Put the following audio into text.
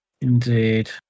Indeed